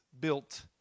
built